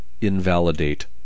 invalidate